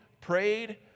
prayed